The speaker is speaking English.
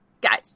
Guys